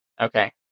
Okay